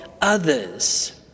others